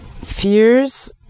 fears